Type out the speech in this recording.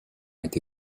été